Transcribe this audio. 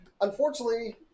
Unfortunately